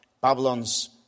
Babylon's